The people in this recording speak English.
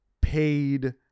paid